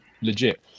legit